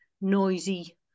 noisy